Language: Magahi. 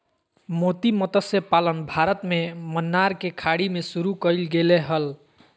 मोती मतस्य पालन भारत में मन्नार के खाड़ी में शुरु कइल गेले हल